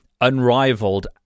unrivaled